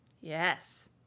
yes